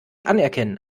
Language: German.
anerkennen